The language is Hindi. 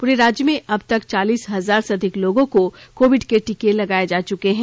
पूरे राज्य में अब तक चालीस हजार से अधिक लोगों को कोविड के टीके लगाये जा चुके हैं